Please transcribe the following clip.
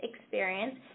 experience